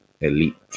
elite